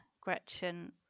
Gretchen